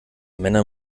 männer